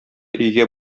өйгә